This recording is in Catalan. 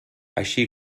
així